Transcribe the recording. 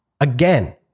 Again